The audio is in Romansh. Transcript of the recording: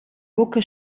buca